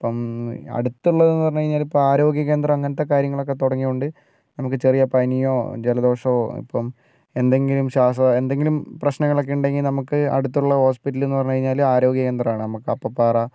അടുത്തുള്ളത് എന്നു പറഞ്ഞുകഴിഞ്ഞാൽ ഇപ്പോൾ ആരോഗ്യകേന്ദ്രം അങ്ങനത്തെ കാര്യങ്ങളൊക്കെ തുടങ്ങിയതുകൊണ്ട് നമുക്ക് ചെറിയ പനിയോ ജലദോഷമോ ഇപ്പം എന്തെങ്കിലും ശ്വാസമോ എന്തെങ്കിലും പ്രശ്നങ്ങളൊക്കെ ഉണ്ടെങ്കിൽ നമുക്ക് അടുത്തുള്ള ഹോസ്പിറ്റലെന്നു പറഞ്ഞു കഴിഞ്ഞാൽ ആരോഗ്യകേന്ദ്രമാണ് നമുക്ക് അപ്പപ്പാറ